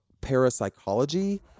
Parapsychology